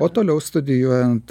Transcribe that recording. o toliau studijuojant